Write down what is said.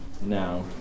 now